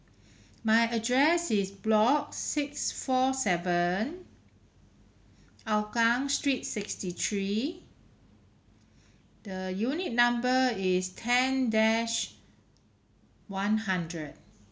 my address is block six four seven hougang street sixty three the unit number is ten dash one hundred